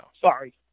Sorry